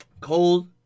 Cold